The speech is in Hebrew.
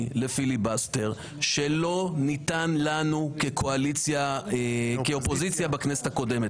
לפיליבסטר שלא ניתן לנו כאופוזיציה בכנסת הקודמת.